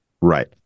Right